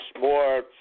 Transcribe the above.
more